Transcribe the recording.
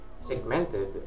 segmented